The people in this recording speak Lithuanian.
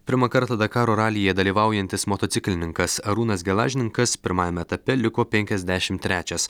pirmą kartą dakaro ralyje dalyvaujantis motociklininkas arūnas gelažninkas pirmajame etape liko penkiasdešim trečias